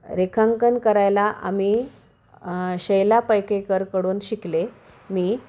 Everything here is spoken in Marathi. रेखांकन करायला आम्ही शैला पैकेकरकडून शिकले मी